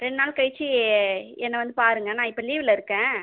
ரெண்டு நாள் கழித்து என்னை வந்து பாருங்கள் நான் இப்போ லீவில் இருக்கேன்